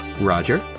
Roger